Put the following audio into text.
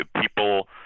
People